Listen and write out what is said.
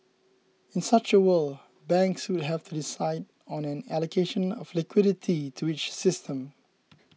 in such a world banks would have to decide on an allocation of liquidity to each system